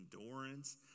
endurance